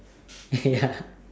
ya